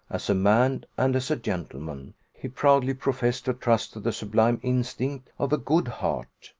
as a man and as a gentleman, he proudly professed to trust to the sublime instinct of a good heart.